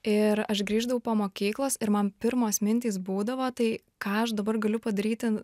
ir aš grįždavau po mokyklos ir man pirmos mintys būdavo tai ką aš dabar galiu padaryti